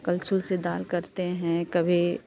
कल्छु से दाल करते हैं कभी